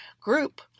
group